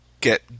get